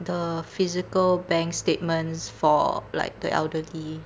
the physical bank statements for like the elderly